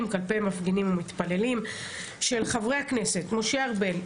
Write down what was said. כלפי מפגינים ומתפללים של חברי הכנסת משה ארבל,